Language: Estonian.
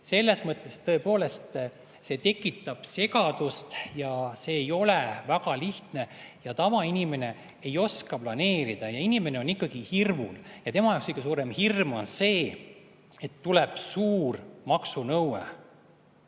selles mõttes tõepoolest see tekitab segadust ja see ei ole väga lihtne. Ja tavainimene ei oska planeerida. Inimene on ikkagi hirmul ja tema jaoks kõige suurem hirm on see, et tuleb suur maksunõue.